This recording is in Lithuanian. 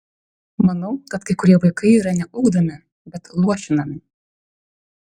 manau kad kai kurie vaikai yra ne ugdomi bet luošinami